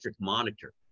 monitor